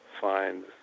find